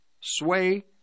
sway